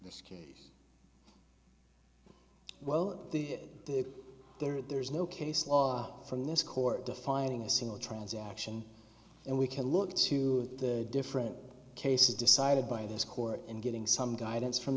this case well there are there is no case law from this court defining a single transaction and we can look to the different cases decided by this court and getting some guidance from